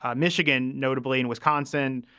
ah michigan, notably in wisconsin,